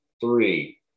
Three